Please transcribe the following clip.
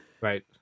Right